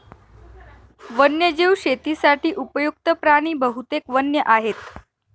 वन्यजीव शेतीसाठी उपयुक्त्त प्राणी बहुतेक वन्य आहेत